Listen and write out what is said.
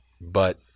But-